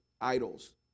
idols